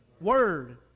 Word